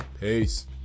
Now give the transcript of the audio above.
Peace